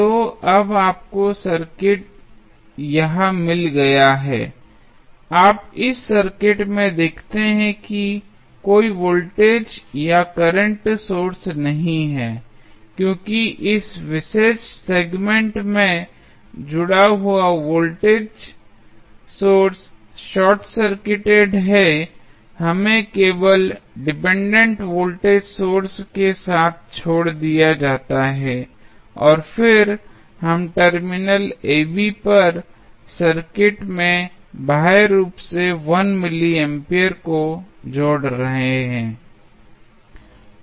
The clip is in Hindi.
तो अब आपको यह सर्किट मिल गया है आप इस सर्किट में देखते हैं कोई वोल्टेज या करंट सोर्स नहीं है क्योंकि इस विशेष सेगमेंट में जुड़ा वोल्टेज सोर्स शार्ट सर्किटेड है हमें केवल डिपेंडेंट वोल्टेज सोर्स के साथ छोड़ दिया जाता है और फिर हम टर्मिनल ab पर सर्किट में बाह्य के रूप में 1 मिली एम्पियर को जोड़ रहे हैं